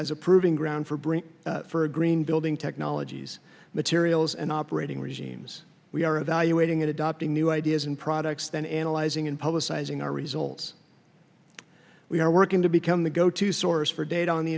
as a proving ground for bring a green building technologies materials and operating regimes we are evaluating adopting new ideas and products then analyzing and publicizing our results we are working to become the go to source for data on the